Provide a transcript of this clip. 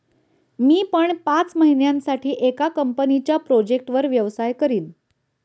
मी पण पाच महिन्यासाठी एका कंपनीच्या प्रोजेक्टवर व्यवसाय करीन